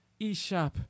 eShop